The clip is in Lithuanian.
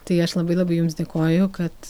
tai aš labai labai jums dėkoju kad